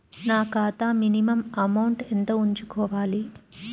నా ఖాతా minimum amount ఎంత ఉంచుకోవాలి?